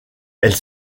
elle